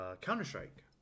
Counter-Strike